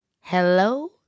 Hello